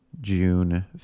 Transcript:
June